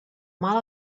mal